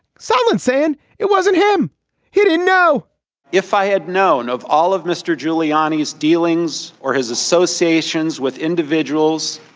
someone saying it wasn't him he didn't know if i had known of all of mr. giuliani's dealings or his associations with individuals,